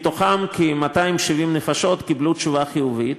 ומהם כ-270 קיבלו תשובה חיובית.